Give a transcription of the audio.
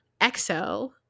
exo